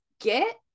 get